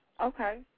Okay